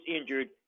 injured